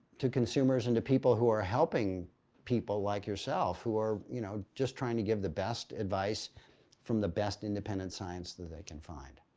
to consumers and to people who are helping people like yourself, who are you know just trying to give the best advice from the best independent science that they can find.